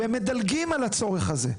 והם מדלגים על הצורך הזה.